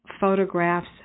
photographs